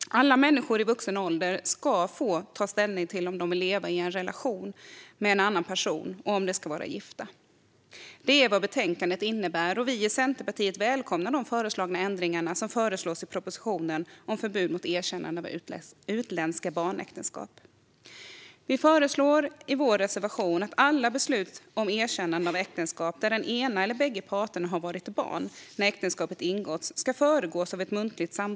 Alla människor i vuxen ålder ska få ta ställning till om de vill leva i en relation med en annan person och om de ska vara gifta. Det är vad förslaget i betänkandet innebär, och vi i Centerpartiet välkomnar de ändringar som föreslås i propositionen om förbud mot erkännande av utländska barnäktenskap. Vi föreslår i vår reservation att alla beslut om erkännande av äktenskap där en av eller bägge parterna var barn när äktenskapet ingicks ska föregås av ett muntligt samtal.